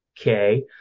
Okay